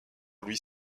louis